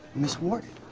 ms. warden!